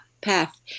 Path